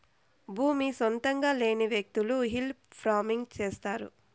భూమి సొంతంగా లేని వ్యకులు హిల్ ఫార్మింగ్ చేస్తారు